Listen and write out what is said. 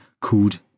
called